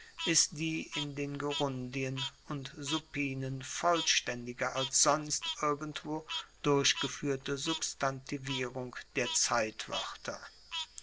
ist die in den gerundien und supinen vollstaendiger als sonst irgendwo durchgefuehrte substantivierung der zeitwoerter